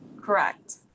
Correct